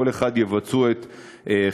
כל אחד יבצע את חלקו,